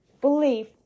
belief